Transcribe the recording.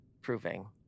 Proving